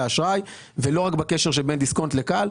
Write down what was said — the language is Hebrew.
האשראי לא רק בקשר שבין דיסקונט ל-כאל.